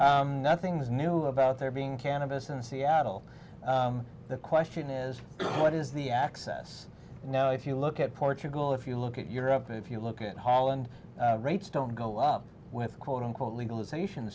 nothing's new about there being cannabis in seattle the question is what is the access now if you look at portugal if you look at europe if you look at holland rates don't go up with quote unquote legalization